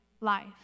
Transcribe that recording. life